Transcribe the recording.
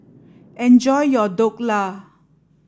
enjoy your Dhokla